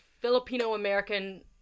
Filipino-American